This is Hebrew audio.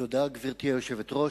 גברתי היושבת-ראש,